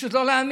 פשוט לא להאמין: